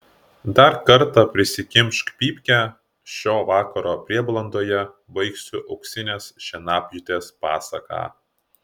dar kartą prisikimšk pypkę šio vakaro prieblandoje baigsiu auksinės šienapjūtės pasaką